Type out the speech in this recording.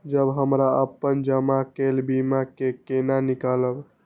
जब हमरा अपन जमा केल बीमा के केना निकालब?